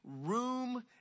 room